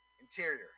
interior